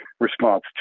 response